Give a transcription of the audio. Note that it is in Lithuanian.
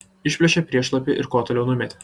išplėšė priešlapį ir kuo toliau numetė